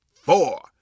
four